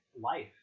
life